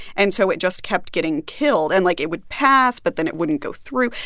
and so it just kept getting killed. and, like, it would pass, but then it wouldn't go through.